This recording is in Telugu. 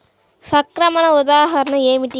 సంక్రమణ ఉదాహరణ ఏమిటి?